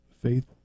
faith